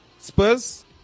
Spurs